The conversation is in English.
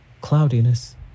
cloudiness